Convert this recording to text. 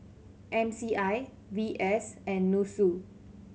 M C I V S and NUSSU